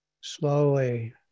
slowly